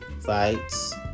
Fights